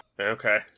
Okay